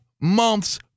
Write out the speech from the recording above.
months